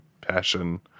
passion